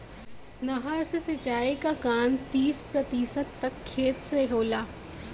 नहर से सिंचाई क काम तीस प्रतिशत तक खेत से होला